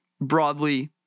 broadly